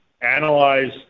Analyze